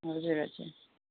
हजुर हजुर